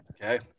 Okay